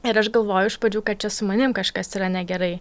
ir aš galvojau iš pradžių kad čia su manimi kažkas yra negerai